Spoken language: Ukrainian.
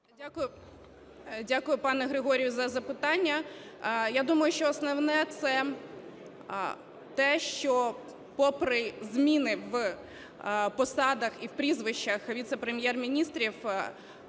Дякую, пане Григорію, за запитання. Я думаю, що основне – це те, що попри зміни в посадах і в прізвищах віце-прем'єр-міністрів